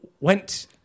went